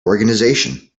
organization